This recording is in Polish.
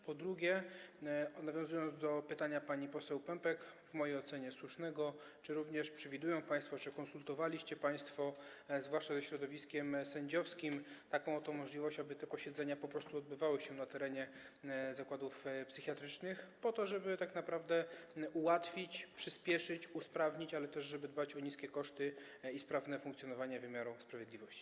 Po drugie, w nawiązaniu do pytania pani poseł Pępek, w mojej ocenie słusznego, czy przewidują państwo, czy konsultowaliście państwo, zwłaszcza ze środowiskiem sędziowskim, taką oto możliwość, aby te posiedzenia po prostu odbywały się na terenie zakładów psychiatrycznych, po to żeby tak naprawę ułatwić, przyspieszyć, usprawnić, ale też dbać o niskie koszty i sprawne funkcjonowanie wymiaru sprawiedliwości?